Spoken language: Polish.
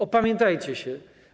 Opamiętajcie się.